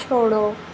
छोड़ो